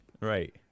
Right